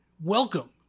welcome